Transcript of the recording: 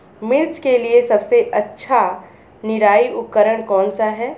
मिर्च के लिए सबसे अच्छा निराई उपकरण कौनसा है?